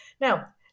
Now